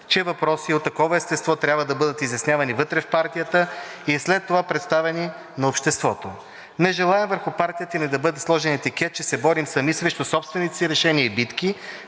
че въпроси от такова естество трябва да бъдат изяснявани вътре в партията и след това представяни на обществото. Не желаем върху партията ни да бъде сложен етикет, че се борим сами срещу собствените си решения и битки,